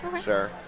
Sure